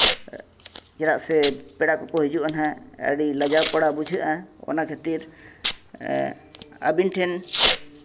ᱪᱮᱫᱟᱜ ᱥᱮ ᱯᱮᱲᱟ ᱠᱚᱠᱚ ᱦᱤᱡᱩᱜᱼᱟ ᱱᱟᱦᱟᱜ ᱟᱹᱰᱤ ᱞᱟᱡᱟᱣ ᱯᱟᱲᱟ ᱵᱩᱡᱷᱟᱹᱜᱼᱟ ᱚᱱᱟ ᱠᱷᱟᱹᱛᱤᱨ ᱟᱹᱵᱤᱱ ᱴᱷᱮᱱ